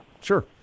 Sure